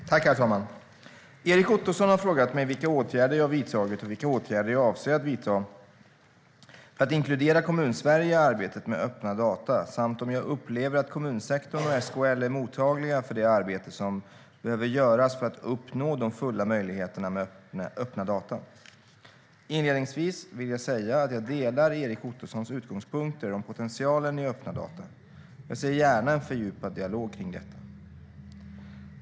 Herr talman! Erik Ottoson har frågat mig vilka åtgärder jag har vidtagit och vilka åtgärder jag avser att vidta för att inkludera Kommunsverige i arbetet med öppna data samt om jag upplever att kommunsektorn och SKL är mottagliga för det arbete som behöver göras för att uppnå de fulla möjligheterna med öppna data. Inledningsvis vill jag säga att jag delar Erik Ottosons utgångspunkter om potentialen i öppna data. Jag ser gärna en fördjupad dialog om detta.